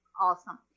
awesome